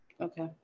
Okay